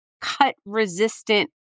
cut-resistant